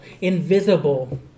invisible